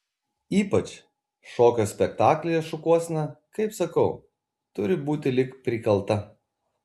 ypač šokio spektaklyje šukuosena kaip sakau turi būti lyg prikalta